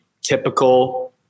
typical